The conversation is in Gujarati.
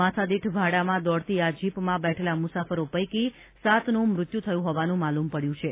માથાદીઠ ભાડામાં દોડતી આ જીપમાં બેઠેલા મુસાફરો પૈકી સાતનું મૃત્યુ થયું હોવાનું માલુમ પડયું છે